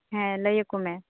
ᱦᱮᱸ ᱞᱟᱹᱭ ᱟᱠᱚ ᱢᱮ